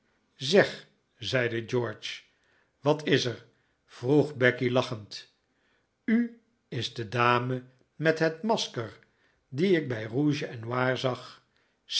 zeg zeide george wat is er vroeg becky lachend u is de dame met het masker die ik bij rouge et noir zag